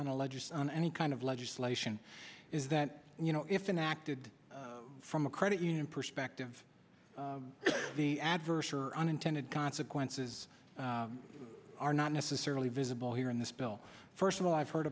ledge on any kind of legislation is that you know if enacted from a credit union perspective the adverse or unintended consequences are not necessarily visible here in this bill first of all i've heard